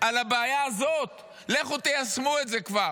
על הבעיה הזאת, לכו תיישמו את זה כבר.